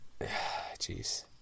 Jeez